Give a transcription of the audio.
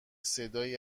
صدایی